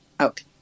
Okay